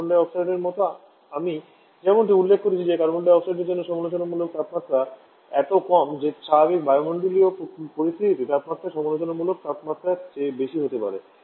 carbon ডাই অক্সাইডের মতো আমি যেমনটি উল্লেখ করেছি যে কার্বন ডাই অক্সাইডের জন্য সমালোচনামূলক তাপমাত্রা এত কম যে স্বাভাবিক বায়ুমণ্ডলীয় পরিস্থিতিতে তাপমাত্রা সমালোচনামূলক তাপমাত্রার চেয়ে বেশি হতে পারে